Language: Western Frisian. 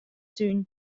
tún